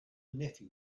nephew